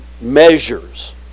measures